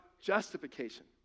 justification